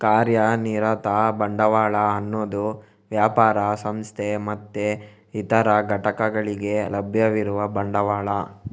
ಕಾರ್ಯನಿರತ ಬಂಡವಾಳ ಅನ್ನುದು ವ್ಯಾಪಾರ, ಸಂಸ್ಥೆ ಮತ್ತೆ ಇತರ ಘಟಕಗಳಿಗೆ ಲಭ್ಯವಿರುವ ಬಂಡವಾಳ